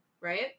right